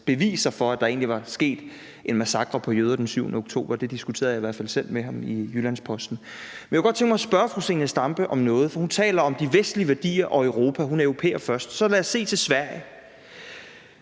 beviser for, at der egentlig var sket en massakre på jøder den 7. oktober. Det diskuterede jeg i hvert fald selv med ham i Jyllands-Posten. Jeg kunne godt tænke mig at spørge fru Zenia Stampe om noget. Hun taler om de vestlige værdier og Europa. Hun er europæer først. Så lad os se til Sverige.